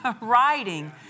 writing